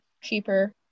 cheaper